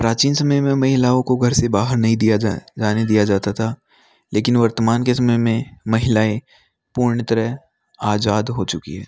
प्राचीन समय में महिलाओं को घर से बाहर नहीं दिया जा जाने दिया जाता था लेकिन वर्तमान के समय में महिलाएँ पूर्ण तरह आज़ाद हो चुकी हैं